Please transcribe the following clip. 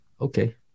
okay